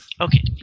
Okay